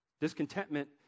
discontentment